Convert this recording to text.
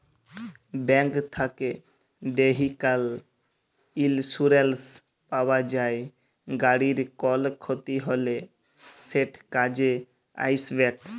bank থ্যাকে vehicle insurance পাউয়া যায়, গাড়ির কল খ্যতি হ্যলে সেট কাজে আইসবেক